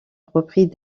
reprit